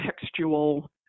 textual